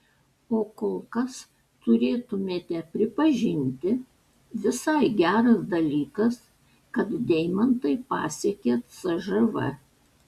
o kol kas turėtumėte pripažinti visai geras dalykas kad deimantai pasiekė cžv